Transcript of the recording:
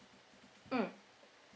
mm